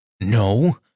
No